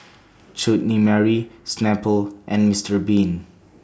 Chutney Mary Snapple and Mister Bean